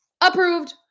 Approved